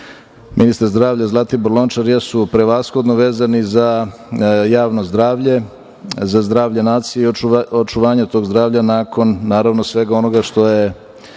ministar zdravlja Zlatibor Lončar jesu prevashodno vezani za javno zdravlje, za zdravlje nacije i očuvanja tog zdravlja nakon, naravno, svega onog što je